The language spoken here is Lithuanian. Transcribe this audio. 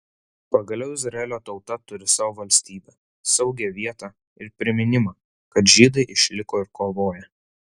pagaliau izraelio tauta turi savo valstybę saugią vietą ir priminimą kad žydai išliko ir kovoja